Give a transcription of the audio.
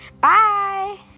bye